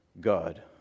God